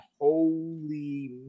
holy